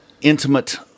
intimate